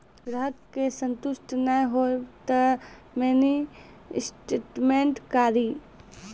ग्राहक के संतुष्ट ने होयब ते मिनि स्टेटमेन कारी?